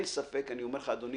אין ספק, אני אומר לך, אדוני,